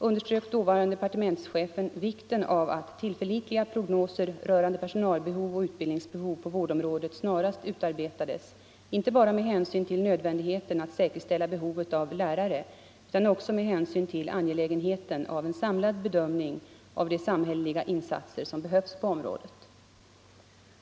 10 s. 320) underströk dåvarande departementschefen vikten av att tillförlitliga prognoser rörande personalbehov och utbildningsbehov på vårdområdet snarast utarbetades inte bara med hänsyn till nödvändigheten att säkerställa behovet av lärare utan också med hänsyn till angelägenheten av en samlad bedömning av de samhälleliga insatser som behövs på området.